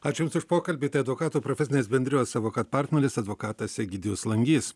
ačiū jums už pokalbį tai advokatų profesinės bendrijos avocad partneris advokatas egidijus langys